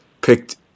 picked